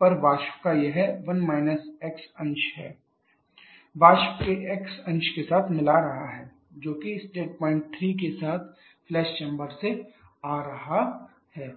पर वाष्प का यह अंश वाष्प के x अंश के साथ मिला रहा है जो कि स्टेट पॉइंट 3 के साथ फ्लैश चैम्बर से आ रहा है